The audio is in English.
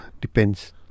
depends